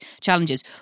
challenges